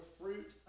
fruit